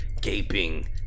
gaping